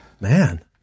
man